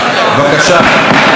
בבקשה.